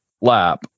lap